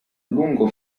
lungo